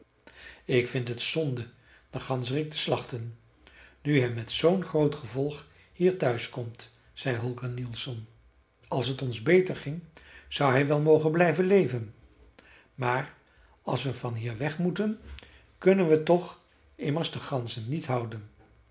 k vind t zonde den ganzerik te slachten nu hij met zoo'n groot gevolg hier thuis komt zei holger nielsson als t ons beter ging zou hij wel mogen blijven leven maar als we van hier weg moeten kunnen we toch immers de ganzen niet houden